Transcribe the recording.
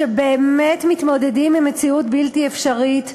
שבאמת מתמודדים עם מציאות בלתי אפשרית,